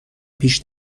پیش